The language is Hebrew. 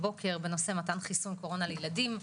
על סדר-היום: מתן חיסון קורונה לילדים.